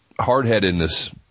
hardheadedness